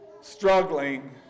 struggling